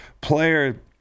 player